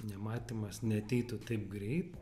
nematymas neateitų taip greit